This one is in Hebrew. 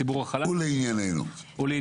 יש לי